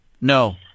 No